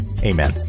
Amen